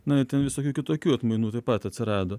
na ten visokių kitokių atmainų taip pat atsirado